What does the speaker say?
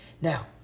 Now